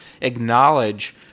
acknowledge